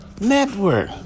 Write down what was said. Network